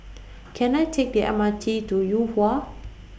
Can I Take The M R T to Yuhua